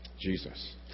Jesus